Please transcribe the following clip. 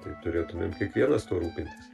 tai turėtumėm kiekvienas tuo rūpintis